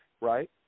right